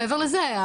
מעבר לזה,